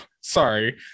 Sorry